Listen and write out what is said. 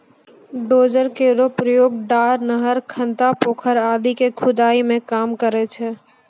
dozer केरो प्रयोग डार, नहर, खनता, पोखर आदि क खुदाई मे काम करै छै